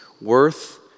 worth